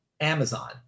Amazon